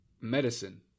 medicine